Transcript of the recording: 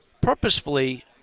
purposefully